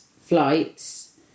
flights